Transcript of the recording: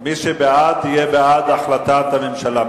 מי שבעד יהיה בעד החלטת הממשלה,